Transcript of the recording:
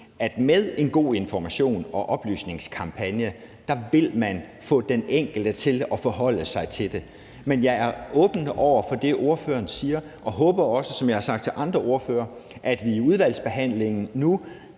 at man med god information og en god oplysningskampagne vil få den enkelte til at forholde sig til det. Men jeg er åben over for det, ordføreren siger, og håber, som jeg også har sagt til andre ordførere, at vi i udvalgsbehandlingen nu